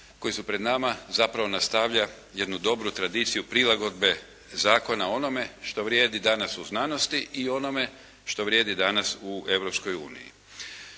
koja su pred nama, zapravo predstavlja jednu dobru tradiciju prilagodbe zakona o onome što vrijedi danas u znanosti u onome što vrijedi danas u